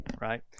right